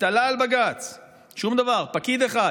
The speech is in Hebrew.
התקיימה